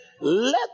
let